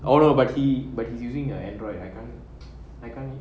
oh no but he but he's using your android I can't I can't